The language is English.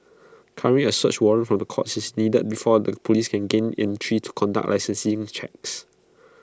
currently A search warrant from the courts is needed before out the Police can gain entry to conduct licensing checks